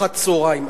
ארוחת צהריים,